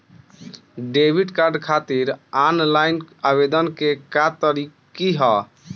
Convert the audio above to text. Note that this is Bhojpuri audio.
डेबिट कार्ड खातिर आन लाइन आवेदन के का तरीकि ह?